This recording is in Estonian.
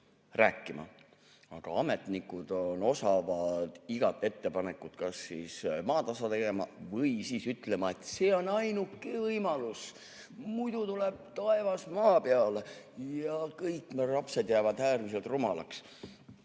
rääkima, aga ametnikud on osavad iga ettepanekut kas siis maatasa tegema või ütlema, et see on ainuke võimalus, muidu tuleb taevas maa peale ja kõik lapsed jäävad äärmiselt rumalaks.